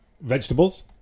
vegetables